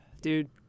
Dude